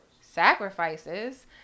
Sacrifices